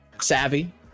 Savvy